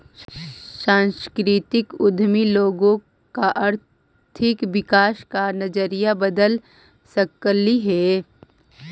सांस्कृतिक उद्यमी लोगों का आर्थिक विकास का नजरिया बदल सकलई हे